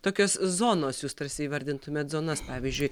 tokios zonos jūs tarsi įvardintumėt zonas pavyzdžiui